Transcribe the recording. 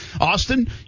Austin